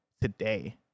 today